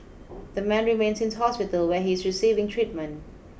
the man remains in hospital where he is receiving treatment